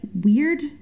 weird